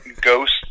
ghost